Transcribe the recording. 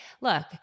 look